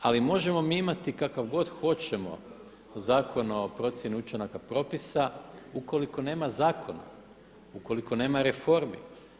Ali možemo mi imati kakav god hoćemo Zakon o procjeni učinaka propisa, ukoliko nema zakona, ukoliko nema reformi.